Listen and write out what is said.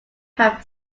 have